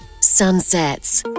Sunsets